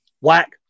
whack